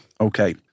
Okay